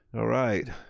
ah right.